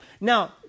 Now